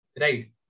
Right